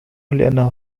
لأنه